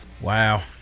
Wow